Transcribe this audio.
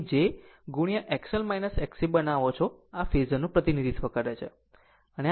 તમે j ગુણ્યા XL Xc બનાવો છો આ ફેઝરનું પ્રતિનિધિત્વ છે